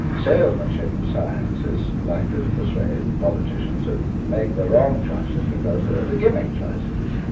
salesmanship of science is likely to persuade politicians to make the wrong choices because they're the gimmick choices.